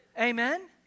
Amen